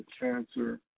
cancer